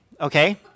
okay